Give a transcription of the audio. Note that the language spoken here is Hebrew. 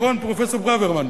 נכון פרופסור ברוורמן?